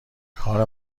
کار